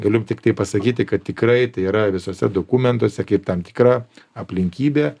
galiu tiktai pasakyti kad tikrai tai yra visuose dokumentuose kaip tam tikra aplinkybė